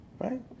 right